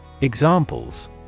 Examples